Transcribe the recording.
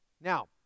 Now